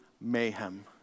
mayhem